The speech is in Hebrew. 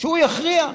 והוא יכריע.